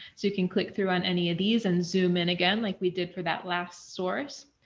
so, you can click through on any of these and zoom in again like we did for that last source,